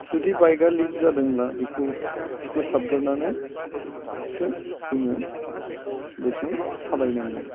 जुदि बाइकआ लिक जादोंब्ला बेखौ फोसाबग्रोनानैसो जोङो बेखौ सालायनांगोन